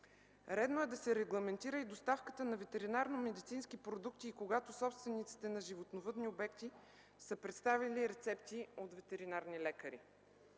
Редно е да се регламентира и доставката на ветеринарномедицински продукти, когато собствениците на животновъдни обекти са представили рецепти от ветеринарни лекари,